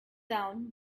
down